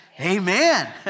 amen